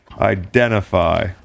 identify